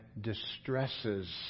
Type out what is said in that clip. distresses